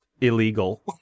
illegal